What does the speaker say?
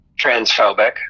transphobic